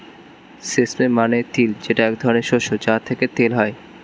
sesame মানে তিল যেটা এক ধরনের শস্য যা থেকে তেল হয়